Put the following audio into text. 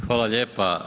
Hvala lijepa.